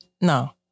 no